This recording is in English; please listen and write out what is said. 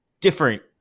different